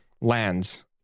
lands